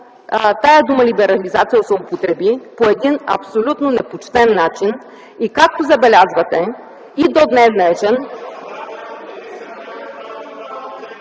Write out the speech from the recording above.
тази дума „либерализация” се употреби по един абсолютно непочтен начин, както забелязвате, и до ден-днешен…